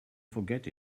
forget